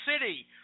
city